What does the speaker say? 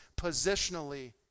positionally